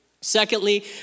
Secondly